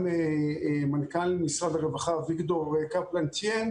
מנכ"ל משרד הרווחה אביגדור קפלן ציינו,